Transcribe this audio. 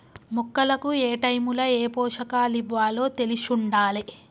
మొక్కలకు ఏటైముల ఏ పోషకాలివ్వాలో తెలిశుండాలే